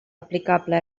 aplicable